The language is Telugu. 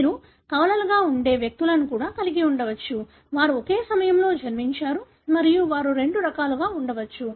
మీరు కవలలుగా ఉండే వ్యక్తులను కూడా కలిగి ఉండవచ్చు వారు ఒకే సమయంలో జన్మించారు మరియు వారు రెండు రకాలుగా ఉండవచ్చు